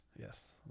Yes